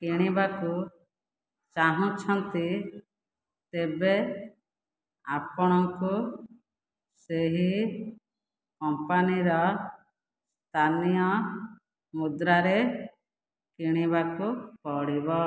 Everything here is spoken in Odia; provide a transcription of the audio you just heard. କିଣିବାକୁ ଚାହୁଁଛନ୍ତି ତେବେ ଆପଣଙ୍କୁ ସେହି କମ୍ପାନୀର ସ୍ଥାନୀୟ ମୁଦ୍ରାରେ କିଣିବାକୁ ପଡ଼ିବ